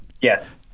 yes